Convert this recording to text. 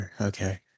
Okay